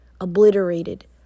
obliterated